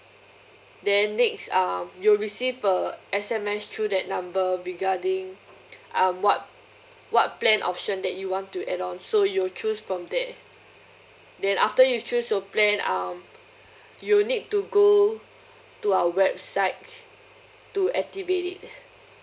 then next um you'll receive a S_M_S through that number regarding um what what plan option that you want to add on so you'll choose from there then after you've chose your plan um you need to go to our website to activate it